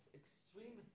extreme